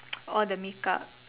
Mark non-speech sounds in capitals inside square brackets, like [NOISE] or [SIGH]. orh [NOISE] the makeup